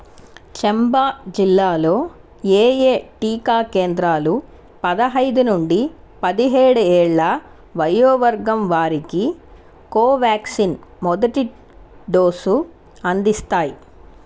చంబా జిల్లాలో ఏయే టీకా కేంద్రాలు పదిహేను నుండి పదిహేడు ఏళ్ళ వయో వర్గం వారికి కోవ్యాక్సిన్ మొదటి డోసు అందిస్తాయి